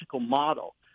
model